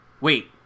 Wait